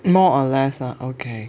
more or less ah okay